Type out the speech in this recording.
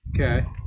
Okay